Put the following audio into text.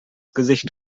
gesicht